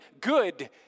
good